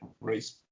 race